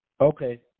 Okay